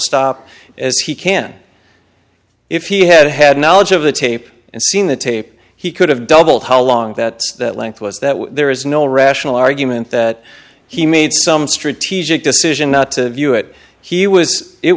stop as he can if he had had knowledge of the tape and seen the tape he could have doubled how long that that length was that there is no rational argument that he made some strategic decision not to view it he was it